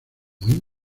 muy